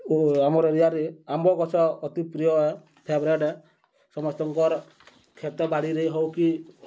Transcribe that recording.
ଓ ଆମର୍ ଏରିଆରେ ଆମ୍ବ ଗଛ ଅତି ପ୍ରିୟ ଫେଭ୍ରେଟ୍ ସମସ୍ତଙ୍କର କ୍ଷେତ ବାଡ଼ିରେ ହେଉ କି